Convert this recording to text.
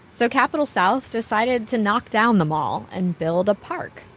so capitol south decided to knock down the mall and build a park.